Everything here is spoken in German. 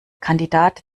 kandidat